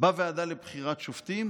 בוועדה לבחירת שופטים